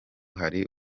hari